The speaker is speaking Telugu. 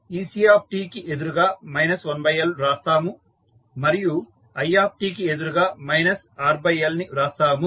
ect కి ఎదురుగా 1L వ్రాస్తాము మరియు i కి ఎదురుగా RLని వ్రాస్తాము